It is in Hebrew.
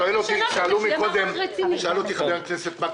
שאלתי שאלה ואני רוצה תשובה.